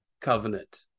covenant